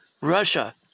Russia